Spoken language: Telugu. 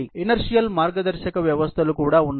ఇనర్సియల్ మార్గదర్శక వ్యవస్థలు కూడా ఉన్నాయి